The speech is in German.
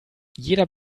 jeder